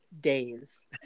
days